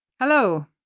Hello